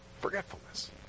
Forgetfulness